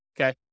Okay